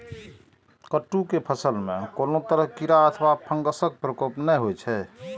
कट्टू के फसल मे कोनो तरह कीड़ा अथवा फंगसक प्रकोप नहि होइ छै